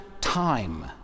time